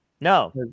no